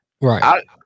Right